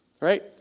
right